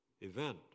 event